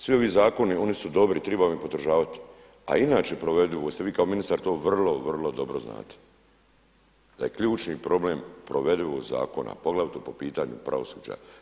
Svi ovi zakoni oni su dobri, treba ih podržati, a inače provedivost vi kao ministar vrlo, vrlo dobro znate, da je ključni problem provedivost zakona poglavito po pitanju pravosuđa.